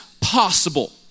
possible